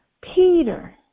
Peter